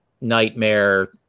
nightmare